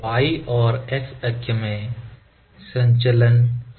y और x अक्ष में संचलन समान है